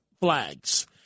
flags